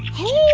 hey,